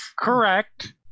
Correct